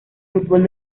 fútbol